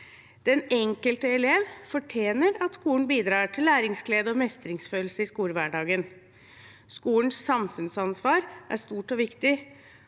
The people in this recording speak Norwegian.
Den enkelte elev fortjener at skolen bidrar til læringsglede og mestringsfølelse i skolehverdagen. Skolens samfunnsansvar er stort og viktig.